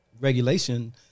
regulation